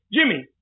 Jimmy